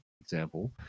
example